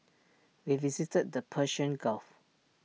we visited the Persian gulf